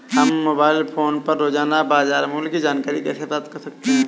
हम mobile phone पर रोजाना बाजार मूल्य की जानकारी कैसे प्राप्त कर सकते हैं?